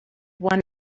one